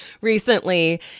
recently